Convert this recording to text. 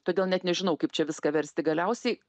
todėl net nežinau kaip čia viską versti galiausiai